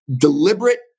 deliberate